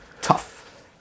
Tough